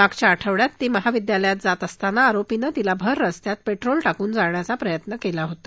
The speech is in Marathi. मागच्या आठवड्यात ती महाविद्यालयात जात असताना आरोपीनं तिला भर स्स्त्यात पेट्रोल टाकून जाळण्याचा प्रयत्न केला होता